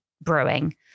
brewing